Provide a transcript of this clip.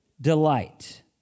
delight